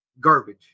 garbage